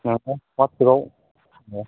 हवाटसएपआव